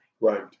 Right